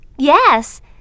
Yes